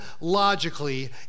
logically